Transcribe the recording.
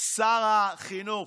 שר החינוך.